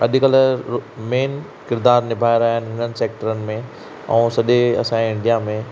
अॼुकल्ह मेंन किरदार निभाए रहिया आहिनि हिननि सेक्टरनि में ऐं सॼे असांजे इंडिया में